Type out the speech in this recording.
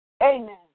Amen